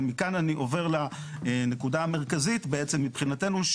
אבל מכאן אני עובר לנקודה המרכזית בעצם מבחינתנו,